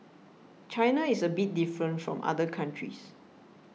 China is a bit different from other countries